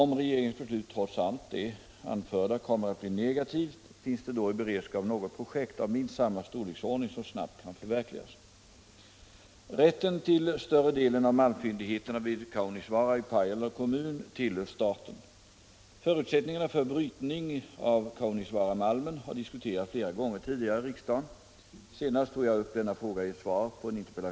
Om regeringens beslut trots allt det anförda kommer att bli negativt, finns det då i beredskap något projekt av minst samma storleksordning som snabbt kan förverkligas?